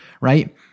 right